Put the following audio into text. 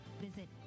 visit